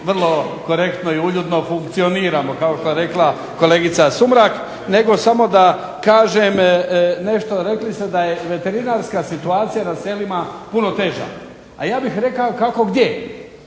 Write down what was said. vrlo korektno i uljudno funkcioniramo kao što je rekla kolegica Sumrak, nego samo da kažem nešto. Rekli ste da je i veterinarska situacija na selima puno teža, a ja bih rekao i kako gdje